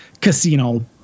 casino